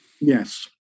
Yes